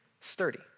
Sturdy